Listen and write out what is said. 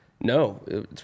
No